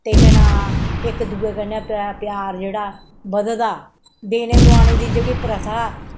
ते केह् नां इक दूए कन्नै पे प्यार जेह्ड़ा बधदा देने दोआने दी जेह्ड़ी प्रथा